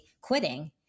quitting